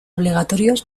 obligatorios